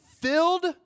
filled